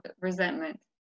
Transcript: resentment